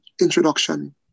introduction